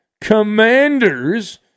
commanders